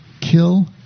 kill